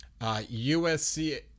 USC